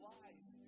life